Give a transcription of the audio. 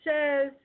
says